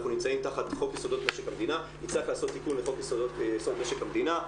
אנחנו נמצאים גם תחת חוק יסודות משק המדינה,